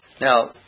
Now